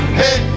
hey